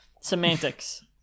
semantics